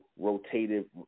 rotative